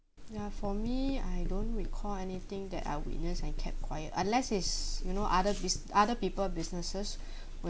ya for me I don't recall anything that I witnessed and kept quiet unless it's you know other busi~ other people's businesses